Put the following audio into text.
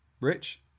Rich